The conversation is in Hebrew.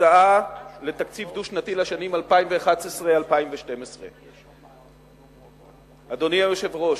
הצעה לתקציב דו-שנתי לשנים 2011 2012. אדוני היושב-ראש,